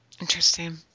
Interesting